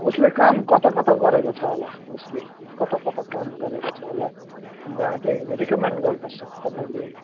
उसले काम कता कता गरेको छ होला उसले कता कता काम गरेको छ होला जहाँ चाहिँ रेकमेन्ड गर्नु सक्छ तपाईँले